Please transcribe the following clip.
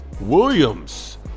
Williams